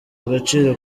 agaciro